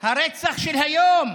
הרצח של היום